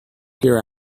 here